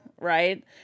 Right